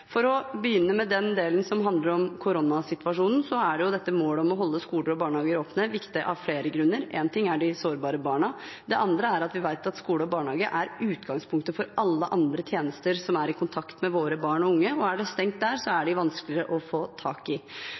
For å begynne med den delen som handler om koronasituasjonen, er målet om å holde skoler og barnehager åpne viktig av flere grunner. Én ting er de sårbare barna, det andre er at vi vet at skole og barnehage er utgangspunktet for alle andre tjenester som er i kontakt med våre barn og unge, og er det stengt der, er de vanskeligere å få tak i.